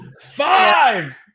Five